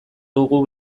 dugu